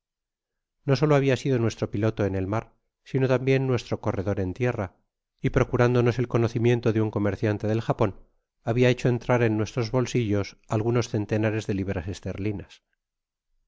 no solo habia sido nuestro piloto efl el mar sino tambien nuestro corredor en tierra y procurandonos el conocimiento je un comerciante del japon habia hescl entrar eti uuetros bolsillos algunos centenares de libias esterlinas